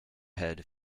head